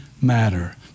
matter